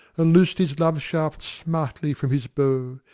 and loos'd his love-shaft smartly from his bow,